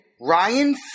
Ryan